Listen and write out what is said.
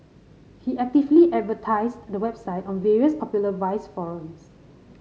he actively advertised the website on various popular vice forums